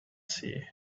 sea